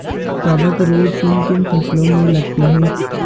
कवक रोग किन किन फसलों में लगते हैं?